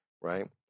right